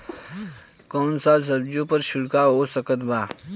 कौन सा सब्जियों पर छिड़काव हो सकत बा?